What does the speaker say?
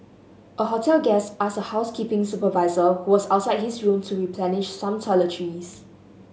a hotel guest asked a housekeeping supervisor who was outside his room to replenish some toiletries